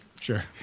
Sure